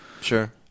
sure